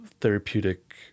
therapeutic